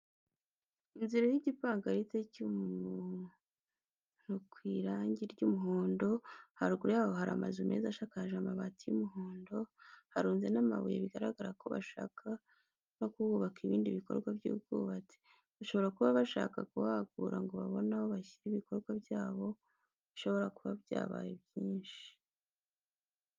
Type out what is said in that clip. Inzu iriho igi igipankarite cy'umuntukwirangi ry'umuhondo haruguru yaho haramazu meza ashakaje amabati y'umuhondo harunze n'amabuye bigaragara ko bashaka nokuhubaka ibindi bikorwa by'ubwubatsi. bashobora kuba bashaka kuhagura ngo babone aho bashyira ibikorwa byabo. bishobora kuba byabaye mbyinshi.